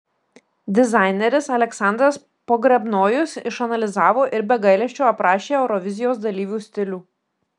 dizaineris aleksandras pogrebnojus išanalizavo ir be gailesčio aprašė eurovizijos dalyvių stilių